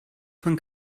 von